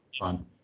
fun